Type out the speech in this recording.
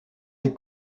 des